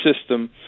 system